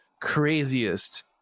craziest